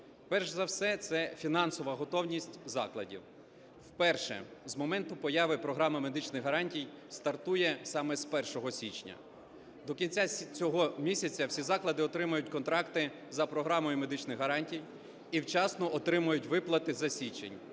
Перш за все – це фінансова готовність закладів. Вперше з моменту появи Програма медичних гарантій стартує саме з 1 січня. До кінця цього місяця всі заклади отримають контракти за Програмою медичних гарантій і вчасно отримають виплати за січень